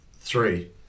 Three